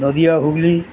Nadia Hooghly